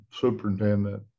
superintendent